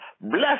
Bless